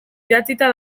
idatzita